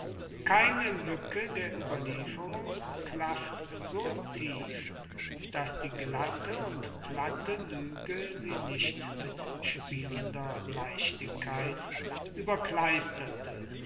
keine lücke der überlieferung klafft so tief daß diese glatte und platte lüge sie nicht mit spielender leichtigkeit